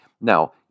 Now